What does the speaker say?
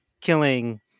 killing